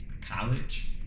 college